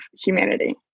humanity